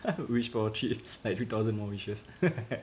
I would wish for like three three thousand more wishes